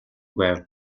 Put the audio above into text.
байв